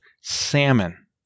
salmon